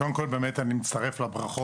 קודם כול אני מצטרף לברכות.